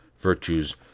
virtues